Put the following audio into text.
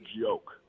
joke